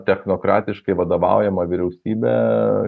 technokratiškai vadovaujama vyriausybė